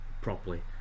properly